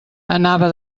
anava